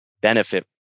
benefit